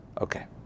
Okay